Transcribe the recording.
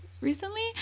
recently